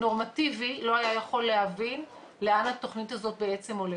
נורמטיבי לא היה יכול להבין לאן התכנית הזאת הולכת.